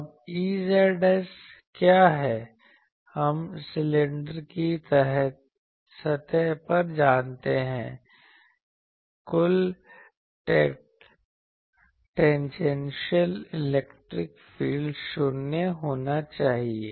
अब Ez क्या है हम सिलेंडर की सतह पर जानते हैं कुल टेंनजेनशियल इलेक्ट्रिक फील्ड शून्य होना चाहिए